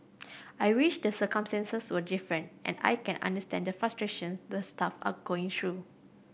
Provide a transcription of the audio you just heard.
I wish the circumstances were different and I can understand the frustration the staff are going through